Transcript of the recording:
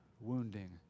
wounding